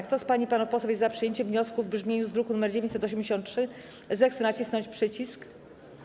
Kto z pań i panów posłów jest za przyjęciem wniosku w brzmieniu z druku nr 983, zechce nacisnąć przycisk.